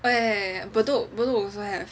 ya ya ya Bedok also have